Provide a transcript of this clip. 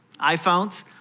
iPhones